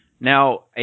Now